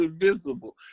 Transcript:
invisible